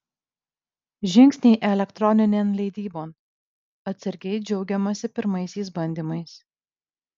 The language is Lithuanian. žingsniai elektroninėn leidybon atsargiai džiaugiamasi pirmaisiais bandymais